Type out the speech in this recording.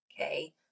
Okay